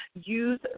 Use